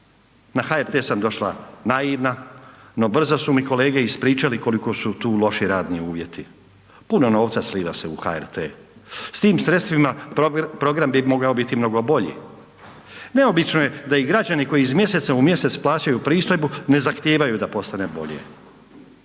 Na HRT sam došla naivna, no brzo su mi kolege ispričali koliko su tu loši radni uvjeti. Puno novca sliva se u HRT, s tim sredstvima program bi mogao biti mnogo bolji. Neobično je da i građani koji iz mjeseca u mjesec plaćaju pristojbu ne zahtijevaju da postane bolje.